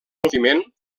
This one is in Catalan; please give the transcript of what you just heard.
moviment